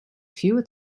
fewer